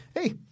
hey